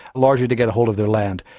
largely to get a hold of their land.